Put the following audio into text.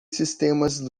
sistemas